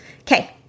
Okay